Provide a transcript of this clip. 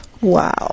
Wow